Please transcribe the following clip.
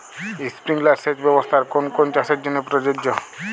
Sprinkler সেচ ব্যবস্থার কোন কোন চাষের জন্য প্রযোজ্য?